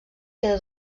queda